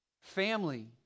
family